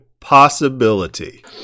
possibility